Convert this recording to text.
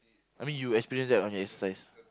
I mean you experience that on your exercise